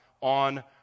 on